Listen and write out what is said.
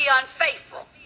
unfaithful